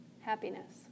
happiness